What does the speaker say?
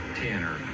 Tanner